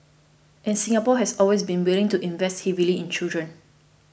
and Singapore has always been willing to invest heavily in children